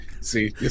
See